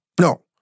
no